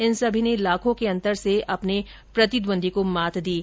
इन सभी ने लाखों के अंतर से अपने प्रतिद्वंदी को मात दी हैं